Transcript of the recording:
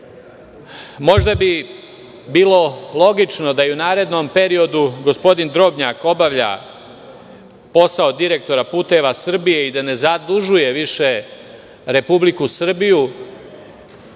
bi bilo logično da i u narednom periodu gospodin Drobnjak obavlja posao direktora "Putevi Srbije" i ne zadužuje više Republiku Srbiju,